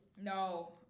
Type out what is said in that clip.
No